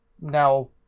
now